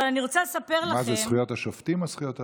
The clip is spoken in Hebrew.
מה זה, זכויות השופטים או זכויות אדם?